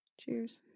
cheers